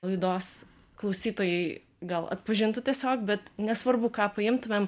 laidos klausytojai gal atpažintų tiesiog bet nesvarbu ką paimtumėm